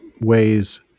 ways